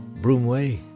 Broomway